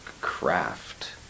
craft